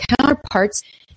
counterparts